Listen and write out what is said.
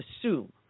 assume